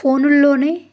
ఫోనుల్లోనే